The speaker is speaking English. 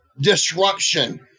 disruption